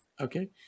okay